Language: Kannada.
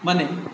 ಮನೆ